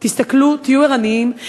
תסתכלו, תהיו ערניים.